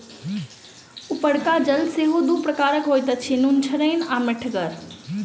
उपरका जल सेहो दू प्रकारक होइत अछि, नुनछड़ैन आ मीठगर